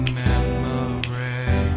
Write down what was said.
memory